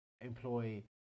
employ